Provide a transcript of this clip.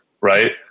right